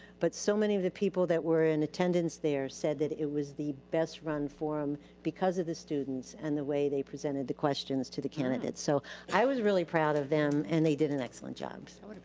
but so many of the people that were in attendance there said that it was the best run forum because of the students and the way they presented the questions to the candidates. so i was really proud of them. and they did an excellent job. sort of